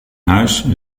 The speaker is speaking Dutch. huis